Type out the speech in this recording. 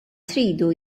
tridu